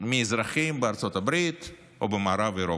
מאזרחים בארצות הברית או במערב אירופה.